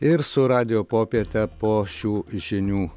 ir su radijo popiete po šių žinių